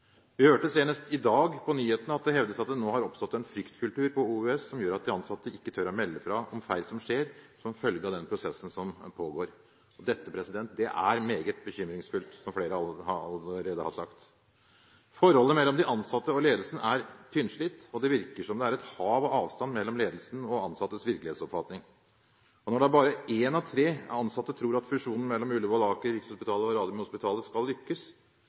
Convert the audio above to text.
Vi hørte senest i dag på nyhetene at det hevdes at det nå har oppstått en fryktkultur på OUS, som gjør at de ansatte ikke tør melde fra om feil som skjer som følge av den prosessen som pågår. Dette er meget bekymringsfullt, som flere allerede har sagt. Forholdet mellom de ansatte og ledelsen er tynnslitt, og det virker som om det er et hav av avstand mellom ledelsen og de ansattes virkelighetsoppfatning. Når bare én av tre ansatte tror at fusjonen mellom Ullevål, Aker, Rikshospitalet og Radiumhospitalet vil lykkes,